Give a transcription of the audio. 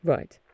Right